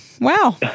Wow